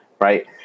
right